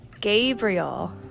Gabriel